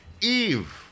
Eve